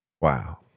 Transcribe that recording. Wow